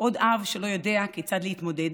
עוד אב שאינו יודע כיצד להתמודד,